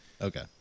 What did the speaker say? Okay